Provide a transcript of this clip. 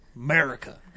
america